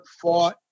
fought